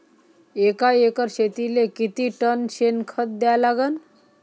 एका एकर शेतीले किती टन शेन खत द्या लागन?